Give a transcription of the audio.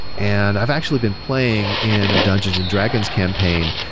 and i've actually been playing in a dungeons and dragons campaign,